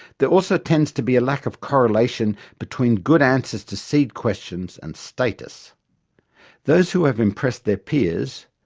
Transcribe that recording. there also tends to be a lack of correlation between good answers to seed questions and status those who have impressed their peers,